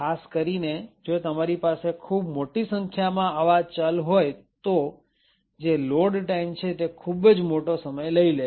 ખાસ કરીને જો તમારી પાસે ખૂબ મોટી સંખ્યામાં આવા ચલ હોય તો જે લોડ ટાઈમ છે તે ખૂબ જ મોટો સમય લઈ લેશે